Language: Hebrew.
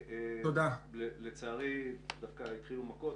לצערי בדיוק התחילו מכות...